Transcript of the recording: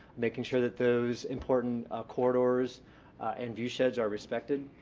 making sure that those important corridors and view sheds are respected.